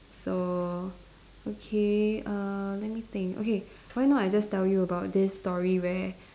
so okay err let me think okay why not I just tell you about this story where